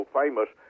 famous